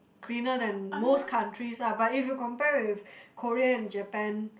cleaner than most countries lah but if you compare with Korean and Japan